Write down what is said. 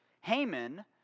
Haman